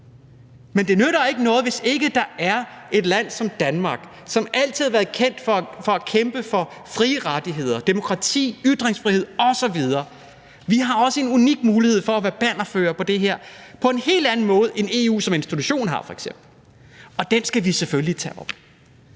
Men det nytter ikke noget, hvis ikke der er et land som Danmark, som altid har været kendt for at kæmpe for frie rettigheder, demokrati, ytringsfrihed osv., i forhold til at vi også har en unik mulighed for at være bannerførere på det her på en helt anden måde, end f.eks. EU som institution har. Og den skal vi selvfølgelig tage op.